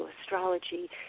astrology